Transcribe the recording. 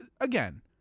again